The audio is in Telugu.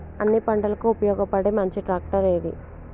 అన్ని పంటలకు ఉపయోగపడే మంచి ట్రాక్టర్ ఏది?